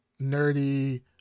nerdy